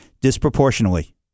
disproportionately